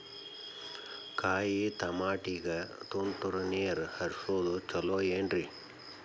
ಕಾಯಿತಮಾಟಿಗ ತುಂತುರ್ ನೇರ್ ಹರಿಸೋದು ಛಲೋ ಏನ್ರಿ?